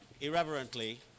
irreverently